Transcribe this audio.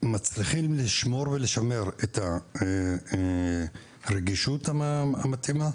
מצליחים לשמור ולשמר את הרגישות המתאימה